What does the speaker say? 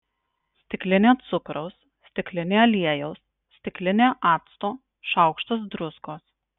stiklinė cukraus stiklinė aliejaus stiklinė acto šaukštas druskos